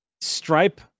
stripe